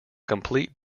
complete